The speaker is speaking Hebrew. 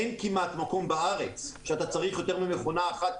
אין כמעט מקום בארץ שאתה צריך יותר ממכונה אחת,